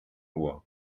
uhr